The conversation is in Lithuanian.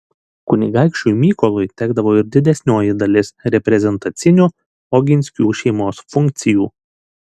kunigaikščiui mykolui tekdavo ir didesnioji dalis reprezentacinių oginskių šeimos funkcijų